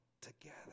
together